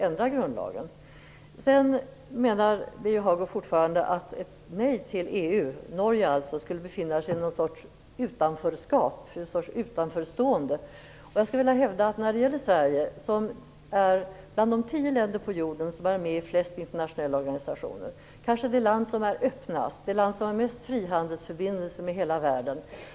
Birger Hagård menar fortfarande att Norge genom sitt nej till EU skulle befinna sig i något sorts utanförstående. Sverige är bland de tio länder på jorden som är med i flest internationella organisationer, kanske det land som är öppnast, det land som har flest frihandelsförbindelser med hela världen.